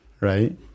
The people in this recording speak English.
Right